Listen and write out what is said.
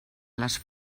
les